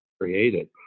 created